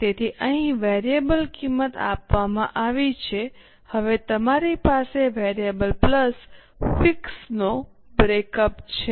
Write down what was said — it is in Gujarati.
હવે અહીં વેરીએબલ કિંમત આપવામાં આવી છે હવે તમારી પાસે વેરીએબલ પ્લસ ફિક્સ નો બ્રેકઅપ છે